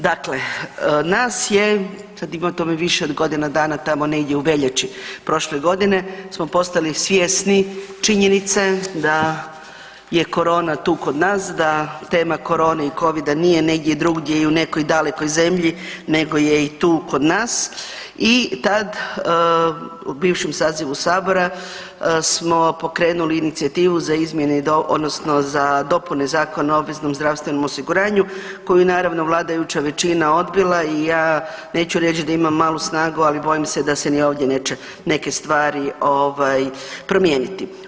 Dakle, nas je, sad tome ima više od godina dana, tamo negdje u veljači prošle godine, smo postali svjesni činjenice da je korona tu kod nas, da tema korone i Covida nije negdje drugdje i u nekoj dalekoj zemlji, nego je i tu kod nas i tad, u bivšem sazivu Sabora smo pokrenuli inicijativu za izmjene i dopune, odnosno za dopune Zakona o obveznom zdravstvenom osiguranju koju je naravno, vladajuća većina odbila i ja neću reći da imam malu snagu, ali bojim se da se ni ovdje neće neke stvari promijeniti.